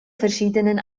verschiedenen